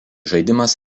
žaidimas